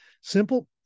Simple